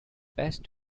best